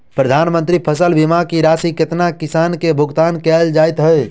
प्रधानमंत्री फसल बीमा की राशि केतना किसान केँ भुगतान केल जाइत है?